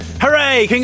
hooray